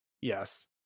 Yes